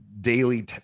daily